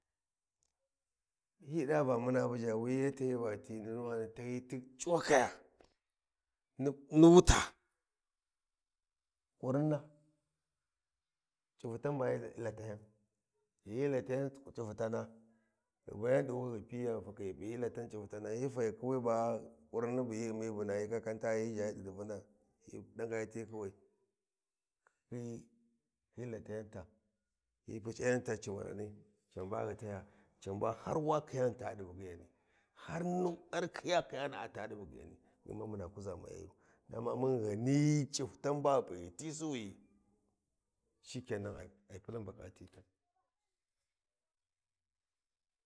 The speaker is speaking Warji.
Hyi ɗa va muna buja wuyi tahyiyi ba ghi ji nunu wana tahyiyi ti cuwakaya, mun wuta, ƙurinna, C’i futan ba hyi latayan, ghi hyi Latayan C’ifitana ghi bayan ɗi wuha ghi Piyiya, ghi fakhi ghi pu hyi latan C’ifutana, hyi fayi kuwi ba ƙurinni bi hyi ummi buna hyi ƙəatanyi layi ʒha yi ɗi pivina, hyi ɗagayi ti kuwai, ghi hyi latayants hyi pu C’ayanta cimarami can be ghi taya can ba har wa kayana ta ɗi bughi yani, har mun har ka kayani ta ɗi bughi yani muna kuʒa mayayu da ma mun ghni C’ifutan baghi pi ghiti suwuyi shike nan ai pulan buƙati tan.